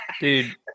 Dude